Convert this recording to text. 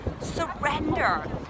surrender